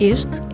Este